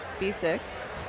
B6